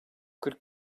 kırk